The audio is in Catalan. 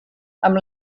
amb